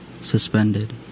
suspended